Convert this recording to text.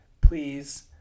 please